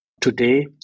Today